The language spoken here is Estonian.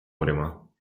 uurima